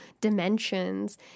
dimensions